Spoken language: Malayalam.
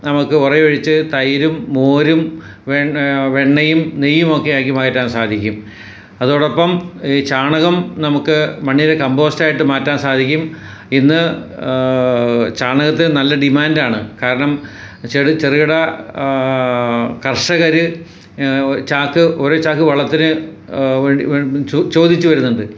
നമുക്ക് ഉറ ഒഴിച്ച് തൈരും മോരും വെണ്ണ വെണ്ണയും നെയ്യുമൊക്കെ ആക്കി മാറ്റാൻ സാധിക്കും അതോടൊപ്പം ചാണകം നമുക്ക് മണ്ണിൽ കമ്പോസ്റ്റ് ആയിട്ട് മാറ്റാൻ സാധിക്കും ഇന്ന് ചാണകത്തിന് നല്ല ഡിമാൻ്റാണ് കാരണം ചെറുകിട കർഷകർ ചാക്ക് ഒരു ചാക്ക് വളത്തിന് വേണ്ടി ചോദിച്ച് വരുന്നുണ്ട്